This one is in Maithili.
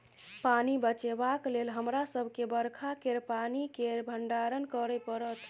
पानि बचेबाक लेल हमरा सबके बरखा केर पानि केर भंडारण करय परत